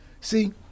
See